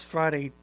Friday